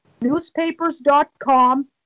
newspapers.com